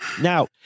Now